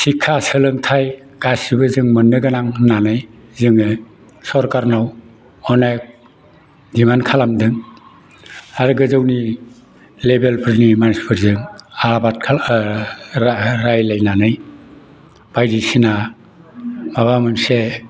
सिक्षा सोलोंथाइ गासिबो जों मोननो गोनां होननानै जोङो सरखारनाव अनेख डिमान्ड खालामदों आरो गोजौनि लेभेलफोरनि मानसिफोरजों रायज्लायनानै बायदिसिना माबा मोनसे